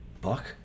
Buck